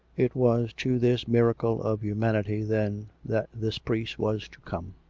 it was to this miracle of humanity, then, that this priest was to come.